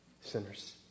Sinners